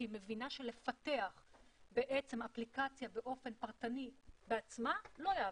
כי היא מבינה שלפתח בעצם אפליקציה באופן פרטני בעצמה לא יעבוד.